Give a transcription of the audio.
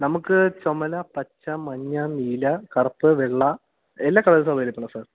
നമുക്ക് ചുവപ്പ് പച്ച മഞ്ഞ നീല കറുപ്പ് വെള്ള എല്ലാ കളർസും അവൈലബിളാണ് സാർ